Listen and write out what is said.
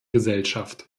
gesellschaft